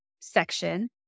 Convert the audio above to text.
section